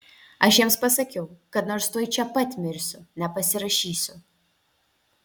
aš jiems pasakiau kad nors tuoj čia pat mirsiu nepasirašysiu